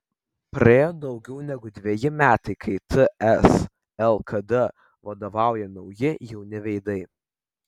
praėjo daugiau negu dveji metai kai ts lkd vadovauja nauji jauni veidai